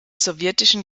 sowjetischen